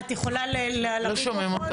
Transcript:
את יכולה להרים את הקול?